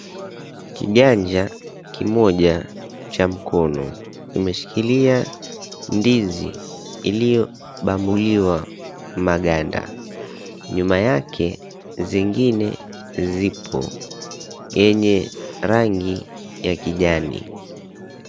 Kiganja kimoja cha mkono kimeshikilia ndizi iliyobambuliwa maganda. Nyuma yake zingine zipo yenye rangi ya kijani.